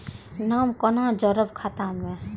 नाम कोना जोरब खाता मे